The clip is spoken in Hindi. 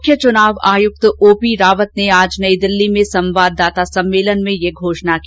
मुख्य चुनाव आयुक्त ओ पी रावत ने आज नई दिल्ली में संवाददाता सम्मेलन में यह घोषणा को